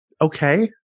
Okay